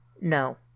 No